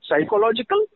psychological